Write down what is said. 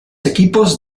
equipos